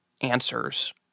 answers